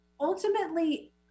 ultimately